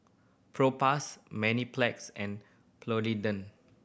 Propass Mepilex and Polident